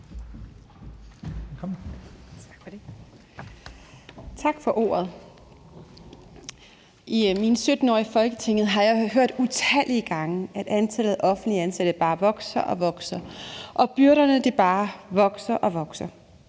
Tak for ordet. I mine 17 år i Folketinget har jeg hørt utallige gange, at antallet af offentligt ansatte bare vokser og vokser og byrderne bare vokser og vokser.